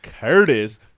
Curtis